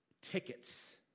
tickets